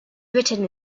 written